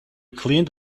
cleaned